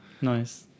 Nice